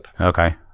Okay